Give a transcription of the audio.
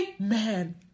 amen